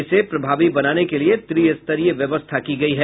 इसे प्रभावी बनाने के लिए त्रिस्तरीय व्यवस्था की गयी है